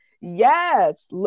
yes